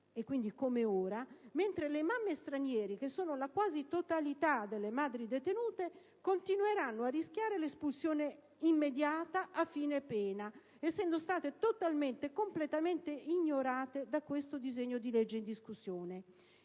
attuale - mentre le mamme straniere, che sono la quasi totalità delle madri detenute, continueranno a rischiare l'espulsione immediata a fine pena, essendo state totalmente e completamente ignorate da questo disegno di legge in discussione.